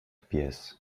pies